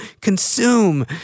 consume